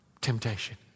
temptation